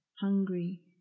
hungry